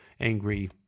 angry